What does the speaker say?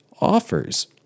offers